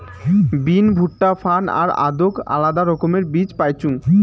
বিন, ভুট্টা, ফার্ন আর আদৌক আলাদা রকমের বীজ পাইচুঙ